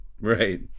right